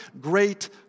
great